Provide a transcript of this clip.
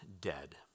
dead